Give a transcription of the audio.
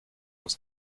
was